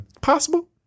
Possible